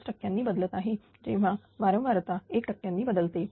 5 टक्क्यांनी बदलत आहे जेव्हा वारंवारता 1 टक्क्यांनी बदलते